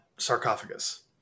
sarcophagus